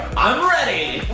i'm ready,